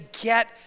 get